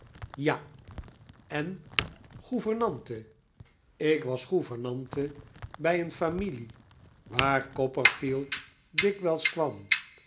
ja en gouvernante ik was gouvernante bij een familie waar copperfield dikwijls kwam